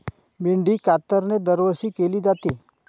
मेंढी कातरणे दरवर्षी केली जाते